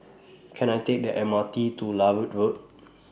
Can I Take The M R T to Larut Road